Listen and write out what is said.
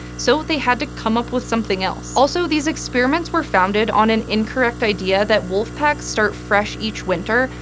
so they had to come up with something else. also, these experiments were founded on an incorrect idea that wolf packs start fresh each winter,